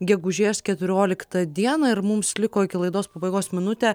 gegužės keturioliktą dieną ir mums liko iki laidos pabaigos minutė